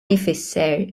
ifisser